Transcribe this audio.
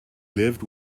lived